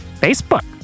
Facebook